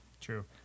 True